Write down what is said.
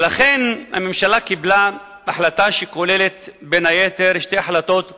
ולכן הממשלה קיבלה החלטה שכוללת בין היתר שתי החלטות נועזות: